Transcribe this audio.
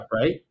Right